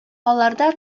аларда